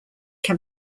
can